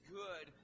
good